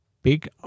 Big